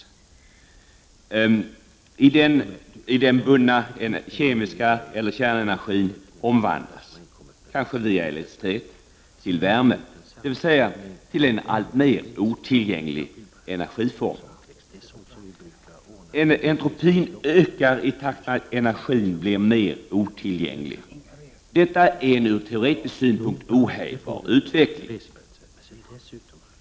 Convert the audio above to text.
Den i dessa ämnen bundna kemiska energin eller kärnenergin omvandlas, kanske via elektricitet, till värme, dvs. en alltmer otillgänglig energiform. Entropin ökar i takt med att energin blir mer otillgänglig. Detta är en ur teoretisk synvinkel ohejdbar utveckling.